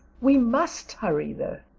we must hurry though,